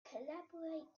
calibrate